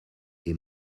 est